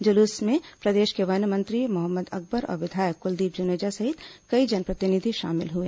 जुलूस में प्रदेश के वन मंत्री मोहम्मद अकबर और विधायक कुलदीप जुनेजा सहित कई जनप्रतिनिधि शामिल हुए